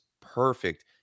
perfect